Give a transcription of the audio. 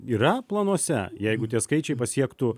yra planuose jeigu tie skaičiai pasiektų